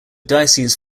diocese